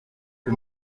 que